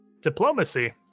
Diplomacy